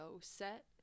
set